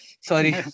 Sorry